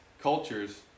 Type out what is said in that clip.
cultures